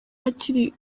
akiri